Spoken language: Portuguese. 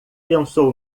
pensou